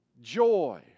Joy